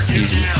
easy